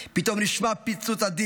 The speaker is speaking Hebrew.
פתאום נשמע פיצוץ אדיר.